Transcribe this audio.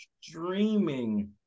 streaming